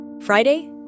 Friday